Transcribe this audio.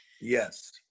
Yes